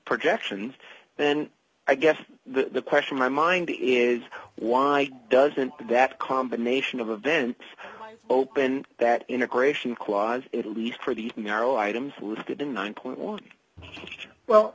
projections then i guess the question my mind is why doesn't that combination of events open that integration clause in the least for the narrow items listed in nine point one well